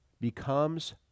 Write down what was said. becomes